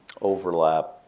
overlap